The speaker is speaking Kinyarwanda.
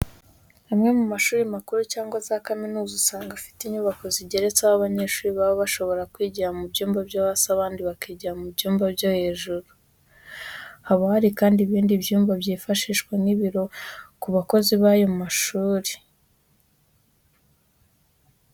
Amwe mu mashuri makuru cyangwa za kaminuza usanga afite inyubako zigeretse aho abanyeshuri baba bashobora kwigira mu byumba byo hasi abandi bakigira mu byumba byo hejuru. Haba hari kandi ibindi byumba byifashishwa nk'ibiro ku bakozi b'ayo mashuri.